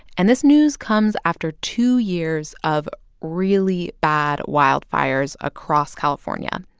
and this news comes after two years of really bad wildfires across california.